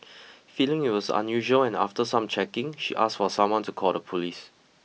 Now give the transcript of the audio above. feeling it was unusual and after some checking she asked for someone to call the police